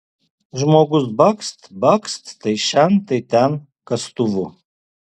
žmogus bakst bakst tai šen tai ten kastuvu